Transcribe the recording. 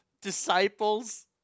Disciples